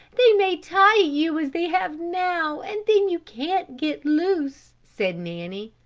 they may tie you as they have now, and then you can't get loose, said nanny.